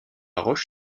roche